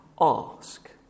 Ask